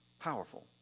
Powerful